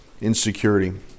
insecurity